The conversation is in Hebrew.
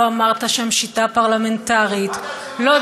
לא אמרת שם "שיטה פרלמנטרית" מה דעתכם על דמוקרטיה?